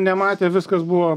nematė viskas buvo